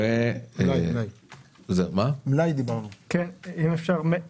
ואם אפשר,